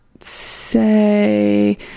say